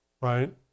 right